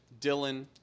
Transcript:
Dylan